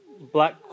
black